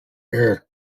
eric